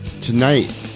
tonight